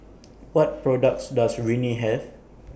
What products Does Rene Have